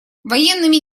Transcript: военными